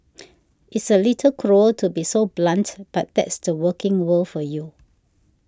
it's a little cruel to be so blunt but that's the working world for you